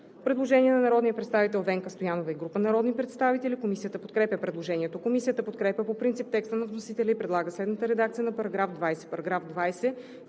предложение на народния представител Венка Стоянова и група народни представители. Комисията подкрепя предложението. Комисията подкрепя по принцип текста на вносителя и предлага следната редакция на § 7,